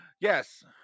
Yes